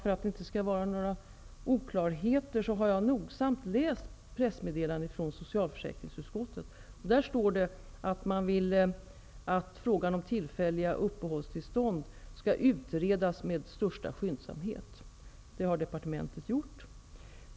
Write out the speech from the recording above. För att det inte skall råda några oklarheter har jag nogsamt läst pressmeddelandet från socialförsäkringsutskottet, där det står att man vill att frågan om tillfälliga uppehållstillstånd skall utredas med största skyndsamhet, vilket också departementet har gjort.